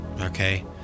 okay